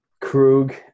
Krug